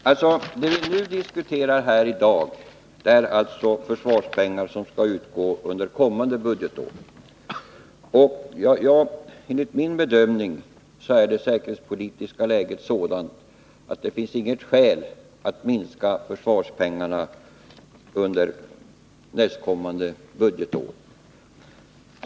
Herr talman! Först några ord till Eric Holmqvist. Det vi främst diskuterar 10 december 1980 här i dag är de försvarspengar som skall utgå under kommande budgetår. Enligt min bedömning är det internationella läget sådant att det inte finns något säkerhetspolitiskt skäl att minska försvarspengarna under nästkommande budgetår.